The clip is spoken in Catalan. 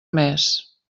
mes